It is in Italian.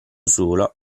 solo